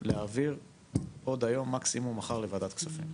להעביר עוד היום, מקסימום מחר לוועדת כספים.